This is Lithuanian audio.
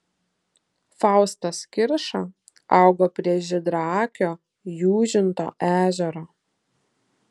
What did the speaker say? faustas kirša augo prie žydraakio jūžinto ežero